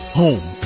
home